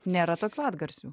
nėra tokių atgarsių